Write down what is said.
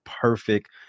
perfect